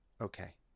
Okay